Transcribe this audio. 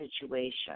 situation